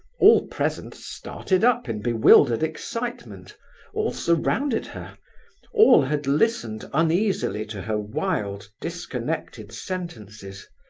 all present started up in bewildered excitement all surrounded her all had listened uneasily to her wild, disconnected sentences.